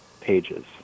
pages